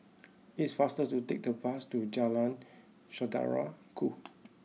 it is faster to take the bus to Jalan Saudara Ku